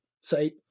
say